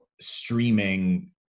streaming